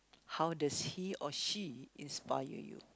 how does he or she inspire you